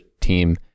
team